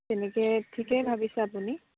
তেনেকে ঠিকেই ভাবিছে আপুনি